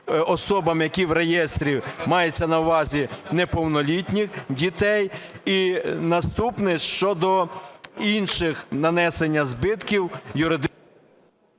особам, які в реєстрі, мається на увазі неповнолітніх дітей, і наступне щодо інших нанесення збитків ...